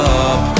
up